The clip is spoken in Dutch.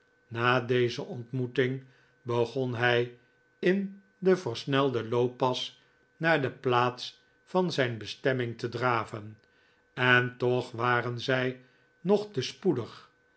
na deze ontmoeting begon hij in den versnelden looppas naar de plaats van zijn bestemming te draven en toch waren zij nog te spoedig